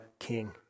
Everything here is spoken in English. king